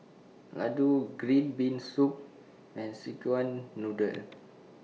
Laddu Green Bean Soup and Szechuan Noodle